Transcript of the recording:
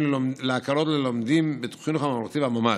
להקלות ללומדים בחינוך הממלכתי והממלכתי-דתי.